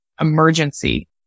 emergency